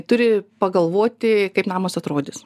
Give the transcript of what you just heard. turi pagalvoti kaip namas atrodys